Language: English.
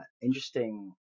interesting